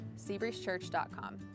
seabreezechurch.com